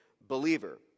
Believer